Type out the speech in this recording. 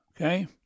okay